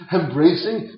embracing